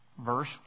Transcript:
verse